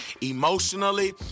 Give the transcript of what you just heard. emotionally